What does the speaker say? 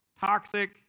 toxic